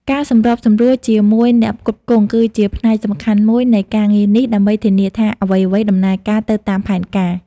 ការសម្របសម្រួលជាមួយអ្នកផ្គត់ផ្គង់គឺជាផ្នែកសំខាន់មួយនៃការងារនេះ ដើម្បីធានាថាអ្វីៗដំណើរការទៅតាមផែនការ។